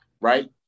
right